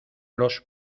los